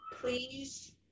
please